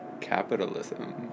capitalism